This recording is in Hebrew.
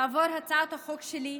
תעבור הצעת החוק שלי,